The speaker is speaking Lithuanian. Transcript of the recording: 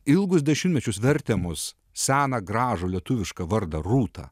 ilgus dešimtmečius vertė mus seną gražų lietuvišką vardą rūta